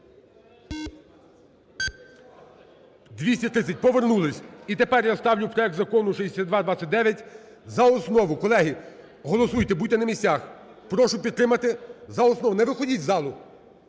230. Повернулись. І тепер я ставлю проект закону 6229 за основу. Колеги, голосуйте, будьте на місцях. Прошу підтримати за основу. Не виходіть із залу.